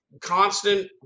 constant